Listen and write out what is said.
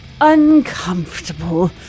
uncomfortable